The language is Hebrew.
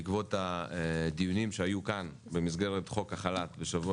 בעקבות הדיונים שהיו כאן במסגרת חוק החל"ת בשבוע